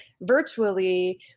virtually